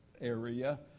area